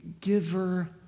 giver